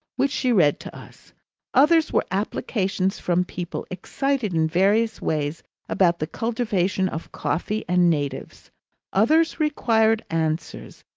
which she read to us others were applications from people excited in various ways about the cultivation of coffee, and natives others required answers,